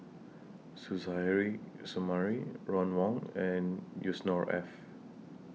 Suzairhe Sumari Ron Wong and Yusnor Ef